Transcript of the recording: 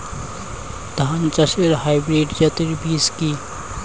ধান চাষের হাইব্রিড জাতের বীজ কি?